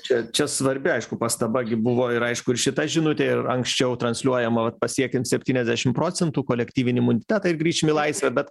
čia čia svarbi aišku pastaba gi buvo ir aišku ir šita žinutė ir anksčiau transliuojama pasiekim septyniasdešim procentų kolektyvinį imunitetą ir grįšim į laisvę bet